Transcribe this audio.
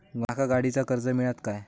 माका गाडीचा कर्ज मिळात काय?